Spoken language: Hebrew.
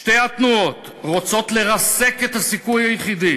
שתי התנועות רוצות לרסק את הסיכוי היחידי